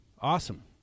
Awesome